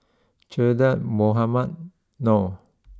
Che Dah Mohamed Noor